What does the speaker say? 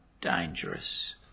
dangerous